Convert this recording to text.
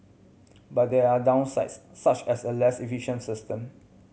but there are downsides such as a less efficient system